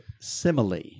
simile